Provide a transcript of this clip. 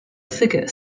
figure